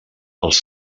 als